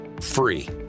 free